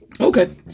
Okay